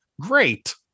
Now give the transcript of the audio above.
Great